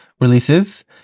releases